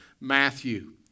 Matthew